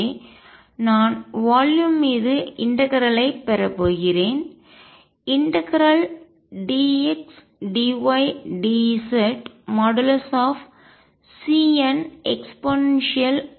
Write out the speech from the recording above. ஆகவே நான் வால்யும் தொகுதி மீது இன்டகரல் ஐ ஒருங்கிணைப்பைப் பெறப்போகிறேன் ∫dxdydz CN eik